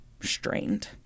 strained